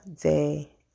day